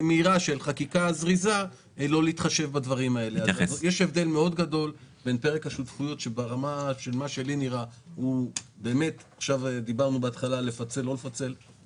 ניר פה והוא לא ידע על מה הוא דיבר אז עכשיו הוא צריך להגיד שוב.